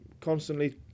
constantly